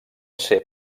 ser